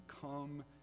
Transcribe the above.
Come